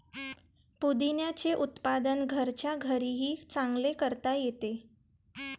पुदिन्याचे उत्पादन घरच्या घरीही चांगले करता येते